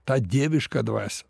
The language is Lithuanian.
tą dievišką dvasią